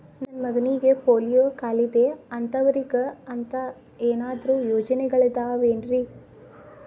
ನನ್ನ ಮಗನಿಗ ಪೋಲಿಯೋ ಕಾಲಿದೆ ಅಂತವರಿಗ ಅಂತ ಏನಾದರೂ ಯೋಜನೆಗಳಿದಾವೇನ್ರಿ?